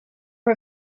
her